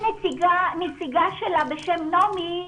נמצאת נציגה שלה בשם נעמי,